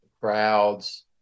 crowds